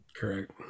Correct